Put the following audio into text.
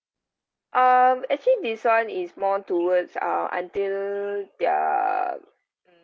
um actually this one is more towards uh until their mm